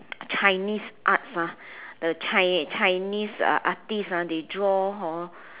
chinese arts ah the chi~ chinese artists ah they draw hor